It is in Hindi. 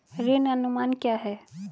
ऋण अनुमान क्या है?